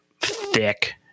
thick